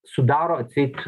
sudaro atseit